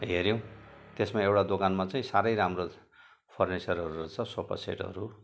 हेर्यौँ त्यसमा एउटा दोकानमा चाहिँ साह्रै राम्रो फर्निचरहरू रहेछ सोफा सेटहरू